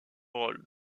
rôle